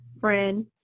friend